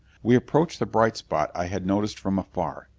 we approached the bright spot i had noticed from afar.